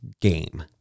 game